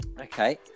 Okay